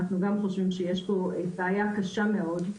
אנחנו גם חושבים שיש פה בעיה קשה מאוד,